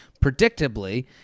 predictably